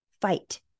fight